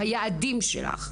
ביעדים שלך.